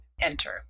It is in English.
enter